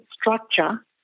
structure